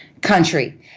country